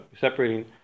separating